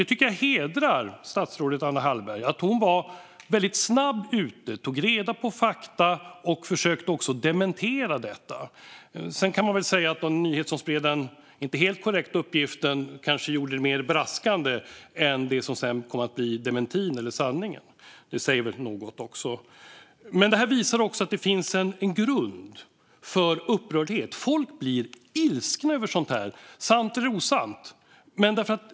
Jag tycker att det hedrar statsrådet Anna Hallberg, fru talman, att hon väldigt snabbt var ute och tog reda på fakta och också försökte dementera detta. Sedan kan man väl säga att nyheten om den inte helt korrekta uppgiften kanske spreds på ett mer braskande sätt än det som sedan kom att bli dementin med sanningen. Det säger väl också något. Detta visar dock att det finns en grund för upprördhet. Folk blir ilskna över sådant här, sant eller osant.